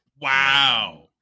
Wow